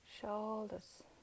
shoulders